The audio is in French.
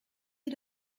est